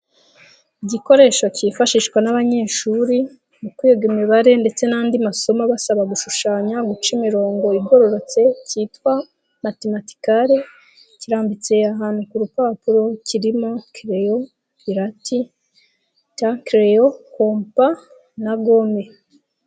Igikoresho cyifashishwa n'abanyeshuri mu kwiga imibare ndetse n'andi masomo abasaba gushushanya, guca imirongo igororotse, cyitwa matematikare kirambitse ahantu ku rupapuro, kirimo kereyo, irarati takeleyo, kompa na gome.